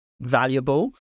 valuable